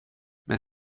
men